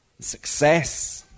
success